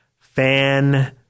fan